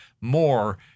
more